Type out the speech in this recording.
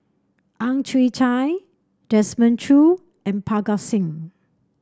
Ang Chwee Chai Desmond Choo and Parga Singh